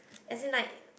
as in like